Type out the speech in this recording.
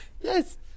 Yes